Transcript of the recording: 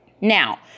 Now